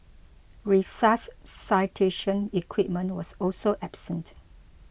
resuscitation equipment was also absent